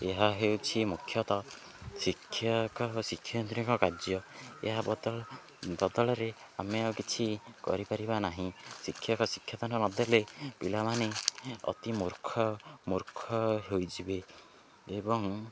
ଏହା ହେଉଛି ମୁଖ୍ୟତଃ ଶିକ୍ଷକ ଓ ଶିକ୍ଷୟିତ୍ରୀଙ୍କ କାର୍ଯ୍ୟ ଏହା ବଦଳ ବଦଳରେ ଆମେ ଆଉ କିଛି କରିପାରିବା ନାହିଁ ଶିକ୍ଷକ ଶିକ୍ଷାଦାନ ନଦେଲେ ପିଲାମାନେ ଅତି ମୂର୍ଖ ମୂର୍ଖ ହୋଇଯିବେ ଏବଂ